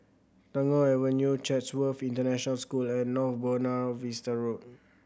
Tagore Avenue Chatsworth International School and North Buona Vista Road